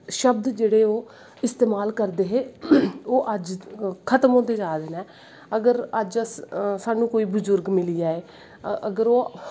शब्द जेह्ड़े ओह् इस्तेमाल करदे हे ओह् अज्ज खत्म होंदे जा दे नै अगर अज्ज साह्नू कोई बजुर्ग मिली जाए अगर ओह्